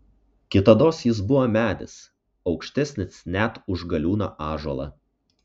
kitados jis buvo medis aukštesnis net už galiūną ąžuolą